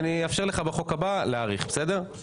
איפה הוא הולך